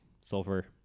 sulfur